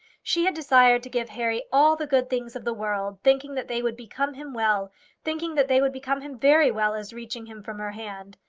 she had desired to give harry all the good things of the world, thinking that they would become him well thinking that they would become him very well as reaching him from her hand.